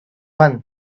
one